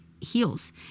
heals